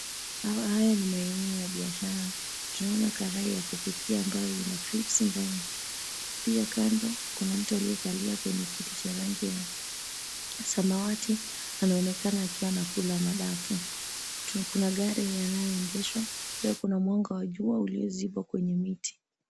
Haya ni maeneo ya biashara. Juu ya karai ya kupikia ambayo ina kripsi ndani. Pia kando, kuna mtu aliyekalia kwenye kiti cha rangi ya samawati. Anaonekana akiwa anakula madafu. Kuna gari yanayoendeshwa. Pia, kuna mwanga wa jua uliozikwa kwenye miti.